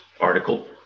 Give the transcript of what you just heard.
article